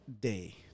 Day